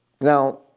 Now